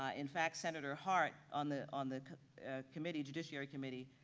ah in fact, senator hart on the on the committee, judiciary committee,